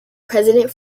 president